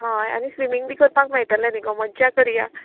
हय आनी स्विमींग बी करपाक मेळटलें न्ही गो मज्जा करया